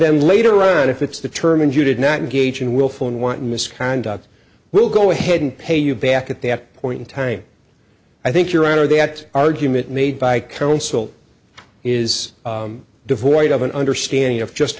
then later on if it's determined you did not engage in willful and wanton misconduct we'll go ahead and pay you back at that point in time i think your honor that argument made by counsel is devoid of an understanding of just